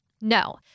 No